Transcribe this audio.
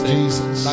Jesus